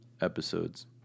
episodes